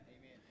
Amen